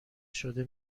شده